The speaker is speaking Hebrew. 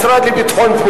משרד הפנים,